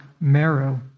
marrow